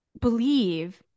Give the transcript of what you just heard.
believe